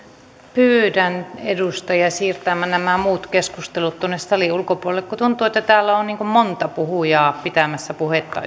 pyydän edustajia siirtämään nämä muut keskustelut tuonne salin ulkopuolelle kun tuntuu että täällä on monta puhujaa pitämässä puhetta